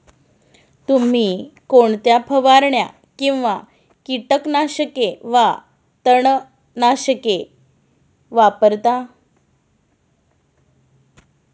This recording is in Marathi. तुम्ही कोणत्या फवारण्या किंवा कीटकनाशके वा तणनाशके वापरता?